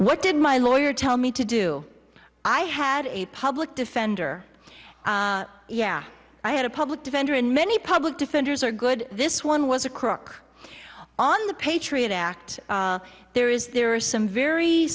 what did my lawyer tell me to do i had a public defender yeah i had a public defender and many public defenders are good this one was a crook on the patriot act there is there are some very